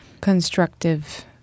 constructive